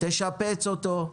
תשפץ אותו,